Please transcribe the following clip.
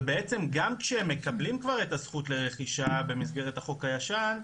ובעצם גם כשהם מקבלים כבר את הזכות לרכישה במסגרת החוק הישן,